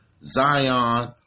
Zion